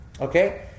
Okay